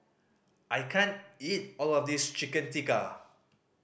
I can't eat all of this Chicken Tikka